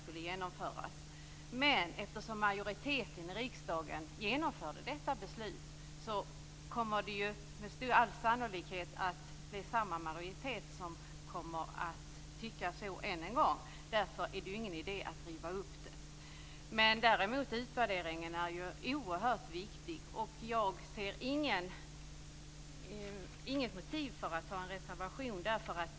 Vi har dock resonerat så att den majoritet i riksdagen som genomfört detta beslut sannolikt än en gång kommer att tycka detsamma och att det därför inte är någon idé att försöka riva upp den. En utvärdering är dock oerhört viktig. Jag ser inget motiv för en reservation i det avseendet.